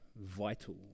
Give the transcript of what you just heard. vital